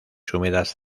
húmedas